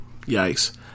Yikes